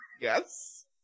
yes